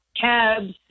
cabs